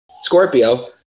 Scorpio